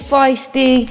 Feisty